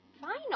final